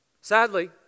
Sadly